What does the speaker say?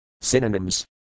Synonyms